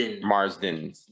Marsden